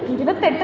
ഇരുപത്തി എട്ട്